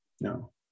No